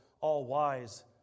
all-wise